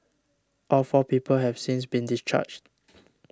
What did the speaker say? all four people have since been discharged